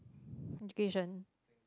education